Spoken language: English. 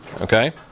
Okay